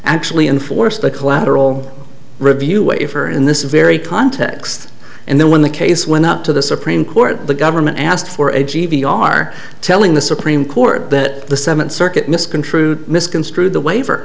actually enforced the collateral review waiver in this very context and then when the case went up to the supreme court the government asked for a g v are telling the supreme court that the seventh circuit misconstrued misconstrued the waiver